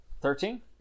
Thirteen